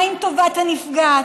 מה עם טובת הנפגעת?